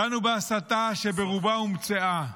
דנו בהסתה שברובה הומצאה.